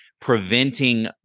preventing